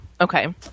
Okay